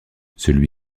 celui